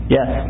Yes